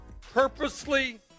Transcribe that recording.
purposely